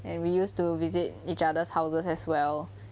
and we used to visit each other's houses as well